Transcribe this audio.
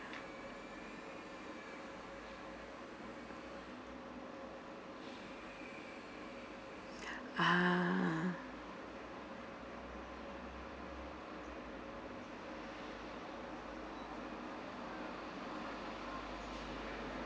ah